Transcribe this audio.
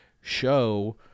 show